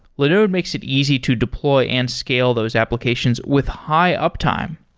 linode makes it easy to deploy and scale those applications with high uptime.